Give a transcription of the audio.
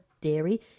dairy